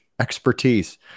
expertise